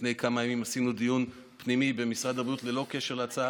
שלפני כמה ימים עשינו דיון פנימי במשרד הבריאות ללא קשר להצעה,